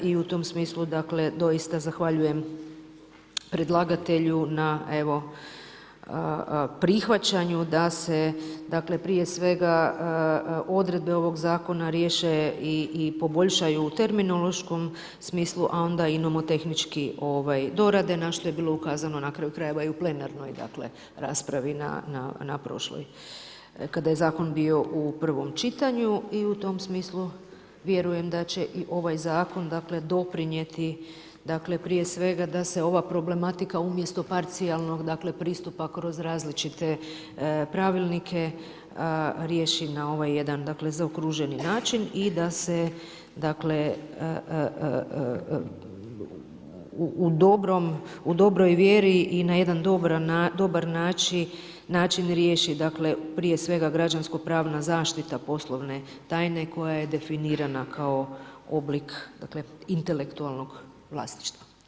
I u tom smislu, dakle, doista zahvaljujem predlagatelju na evo prihvaćanju da se prije svega odredbe ovog zakona riješe i poboljšaju u terminološkom smislu, a onda imamo tehničke dorade, na što je bilo ukazano na kraju krajeva i u plenarnoj raspravi na prošloj, kada je zakon bio u prvom čitanju i u tom smislu, vjerujem da će i ovaj zakon doprinijeti, prije svega, da se ova problematika umjesto parcijalnog pristupa kroz različite pravilnike riješi na ovaj jedan zaokruženi način i da se u dobroj vjeri i na jedan dobar način riješi prije svega građansko pravna zaštita poslovne tajne koja je definirana kao oblik intelektualnog vlasništva.